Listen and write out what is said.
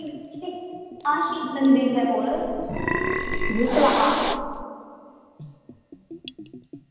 हां शिव मंदरै कोल जित्थे तलाऽ